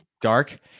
Dark